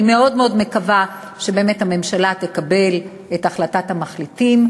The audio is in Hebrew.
אני מאוד מאוד מקווה שבאמת הממשלה תקבל את החלטת המחליטים,